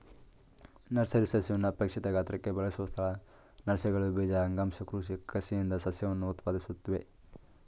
nursery ಸಸ್ಯವನ್ನು ಅಪೇಕ್ಷಿತ ಗಾತ್ರಕ್ಕೆ ಬೆಳೆಸುವ ಸ್ಥಳ ನರ್ಸರಿಗಳು ಬೀಜ ಅಂಗಾಂಶ ಕೃಷಿ ಕಸಿಯಿಂದ ಸಸ್ಯವನ್ನು ಉತ್ಪಾದಿಸುತ್ವೆ